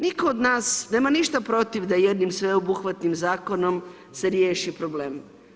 Nitko od nas nema ništa protiv da jednim sveobuhvatnim zakonom se riješi problem.